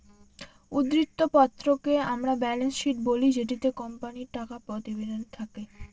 উদ্ধৃত্ত পত্রকে আমরা ব্যালেন্স শীট বলি যেটিতে কোম্পানির টাকা প্রতিবেদন থাকে